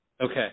Okay